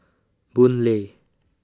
Boon Lay